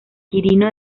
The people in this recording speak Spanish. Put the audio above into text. quirino